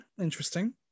Interesting